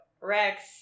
Rex